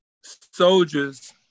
soldiers